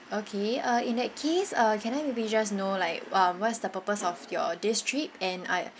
okay uh in that case uh can I may be just know like uh what is the purpose of your this trip and are